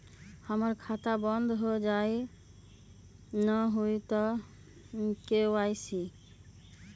हमर खाता बंद होजाई न हुई त के.वाई.सी?